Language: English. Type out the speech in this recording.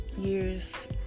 years